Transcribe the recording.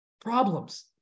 problems